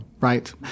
Right